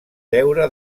deure